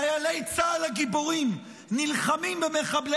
חיילי צה"ל הגיבורים נלחמים במחבלי